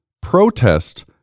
protest